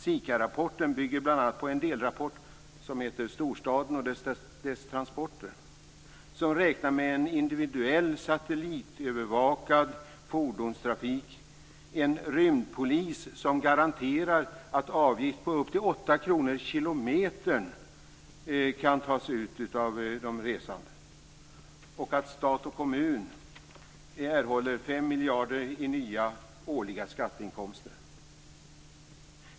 SIKA-rapporten bygger bl.a. på en delrapport som heter Storstaden och dess transporter, som räknar med individuellt satellitövervakad fordonstrafik - en rymdpolis som garanterar att en avgift på upp till 8 kr/km kan tas ut av de resande och att stat och kommun erhåller 5 miljarder i nya årliga skatteinkomster.